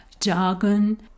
jargon